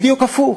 בדיוק הפוך,